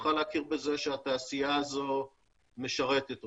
צריכה להכיר בזה שהתעשייה הזו משרתת אותה,